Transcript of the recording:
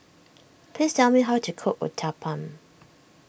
please tell me how to cook Uthapam